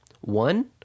One